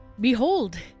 Behold